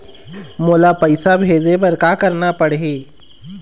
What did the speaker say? मोला पैसा भेजे बर का करना पड़ही?